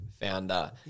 founder